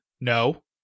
No